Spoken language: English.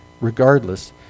regardless